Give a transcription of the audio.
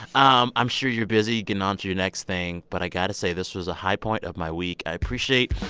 um i'm sure you're busy getting onto your next thing, but i got to say this was a high point of my week. i appreciate.